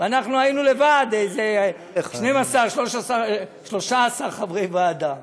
ואנחנו היינו לבד, איזה 12 13 חברי ועדה.